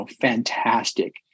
fantastic